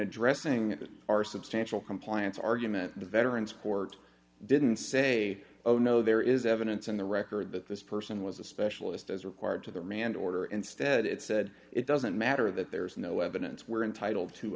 addressing our substantial compliance argument the veterans court didn't say oh no there is evidence in the record that this person was a specialist as required to the rand order instead it said it doesn't matter that there's no evidence we're entitled to